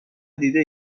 دیده